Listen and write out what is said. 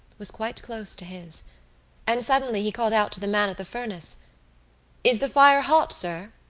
was quite close to his and suddenly he called out to the man at the furnace is the fire hot, sir?